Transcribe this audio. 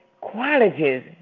qualities